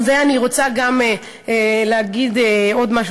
אני רוצה להגיד עוד,